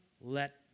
let